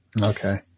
Okay